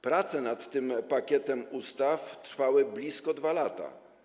Prace nad tym pakietem ustaw trwały blisko 2 lata.